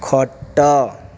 ଖଟ